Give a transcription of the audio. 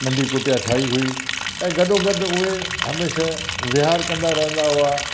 नंढी कुटिया ठाही हुई ऐं गॾो गॾु उहे हमेशा विहार कंदा रहंदा हुआ